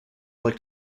like